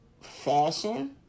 fashion